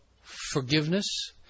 forgiveness